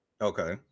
Okay